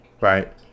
right